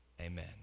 Amen